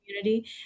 community